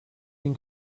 bin